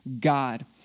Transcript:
God